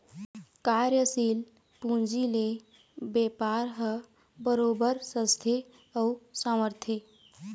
कार्यसील पूंजी ले बेपार ह बरोबर सजथे अउ संवरथे